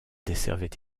desservait